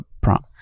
prom